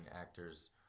actors